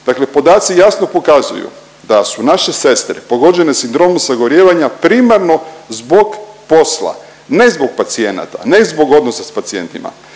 Dakle podaci jasno pokazuju da su naše sestre pogođene sindromom sagorijevanja primarno zbog posla, ne zbog pacijenata, ne zbog odnosa s pacijentima.